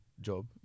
job